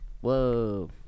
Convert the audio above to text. whoa